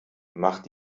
macht